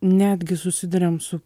netgi susiduriam su